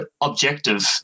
objective